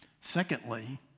Secondly